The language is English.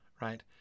right